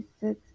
Six